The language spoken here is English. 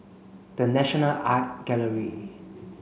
The National Art Gallery